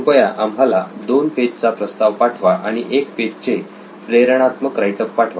कृपया आम्हाला 2 पेज चा प्रस्ताव पाठवा आणि एक पेज चे प्रेरणात्मक राईट अप पाठवा